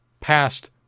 past